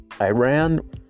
Iran